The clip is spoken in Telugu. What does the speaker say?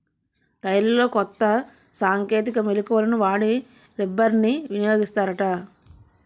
టైర్లలో కొత్త సాంకేతిక మెలకువలను వాడి రబ్బర్ని వినియోగిస్తారట